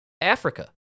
Africa